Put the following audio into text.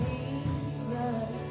Jesus